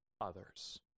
others